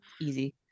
easy